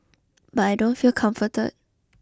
but I don't feel comforted